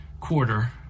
quarter